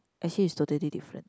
actually is totally different